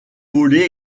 volet